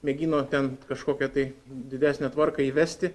mėgino ten kažkokią tai didesnę tvarką įvesti